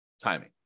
timing